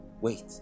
Wait